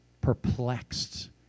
perplexed